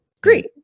Great